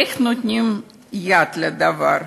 איך נותנים יד לדבר?